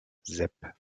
sep